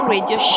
Radio